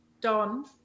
Don